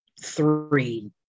three